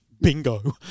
bingo